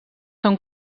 són